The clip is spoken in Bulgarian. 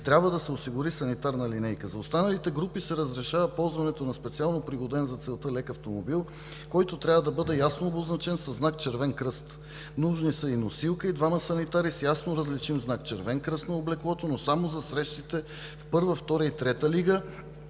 трябва да се осигури санитарна линейка. За останалите групи се разрешава ползването на специално пригоден за целта лек автомобил, който трябва да бъде ясно обозначен със знак „Червен кръст“. Нужни са и носилка, и двама санитари с ясно различим знак „Червен кръст“ на облеклото, но само за срещите в Първа, Втора и Трета лига